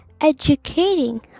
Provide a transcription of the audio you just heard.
educating